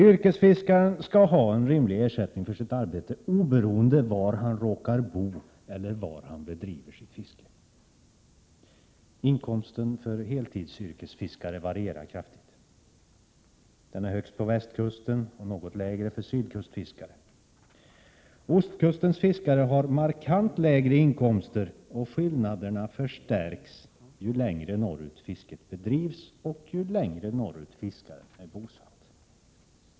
Yrkesfiskaren skall ha en rimlig 133 ersättning för sitt arbete oberoende av var han råkar bo eller var han bedriver sitt fiske. Inkomsten för heltidsyrkesfiskare varierar kraftigt. Den är högst på västkusten och något lägre för sydkustfiskare. Ostkustens fiskare har markant lägre inkomster, och skillnaderna förstärks ju längre norr ut fisket bedrivs och ju längre norrut fiskaren är bosatt.